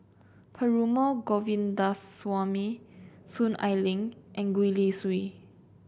Perumal Govindaswamy Soon Ai Ling and Gwee Li Sui